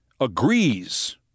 agrees